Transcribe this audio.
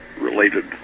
related